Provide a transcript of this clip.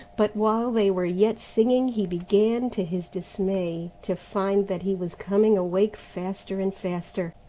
but while they were yet singing he began, to his dismay, to find that he was coming awake faster and faster.